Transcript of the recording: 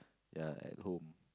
ya at home